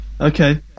okay